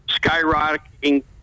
skyrocketing